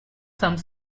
some